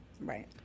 Right